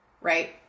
Right